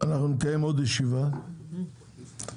נקיים ישיבה נוספת.